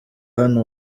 hano